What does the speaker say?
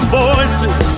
voices